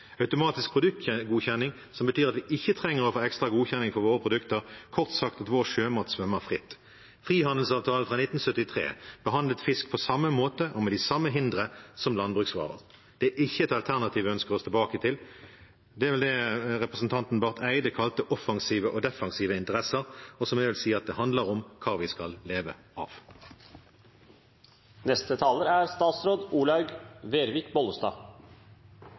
automatisk produktgodkjenning som betyr at vi ikke trenger å få ekstra godkjenning av våre produkter – kort sagt at vår sjømat svømmer fritt. Frihandelsavtalen fra 1973 behandlet fisk på samme måte og med de samme hindre som landbruksvarer. Det er ikke et alternativ vi ønsker oss tilbake til. Det er vel det representanten Barth Eide kalte offensive og defensive interesser, og jeg vil si at det handler om hva vi skal leve